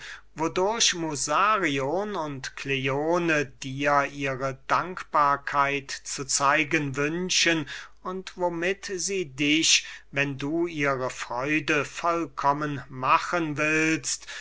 musarion und kleone dir ihre dankbarkeit zu zeigen wünschen und womit sie dich wenn du ihre freude vollkommen machen willst